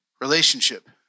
relationship